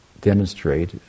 demonstrate